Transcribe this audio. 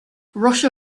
russia